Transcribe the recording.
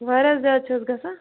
واریاہ زیادٕ چھا حظ گژھان